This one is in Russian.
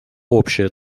общая